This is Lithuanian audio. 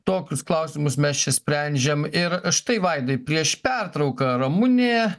tokius klausimus mes čia sprendžiam ir štai vaidai prieš pertrauką ramunė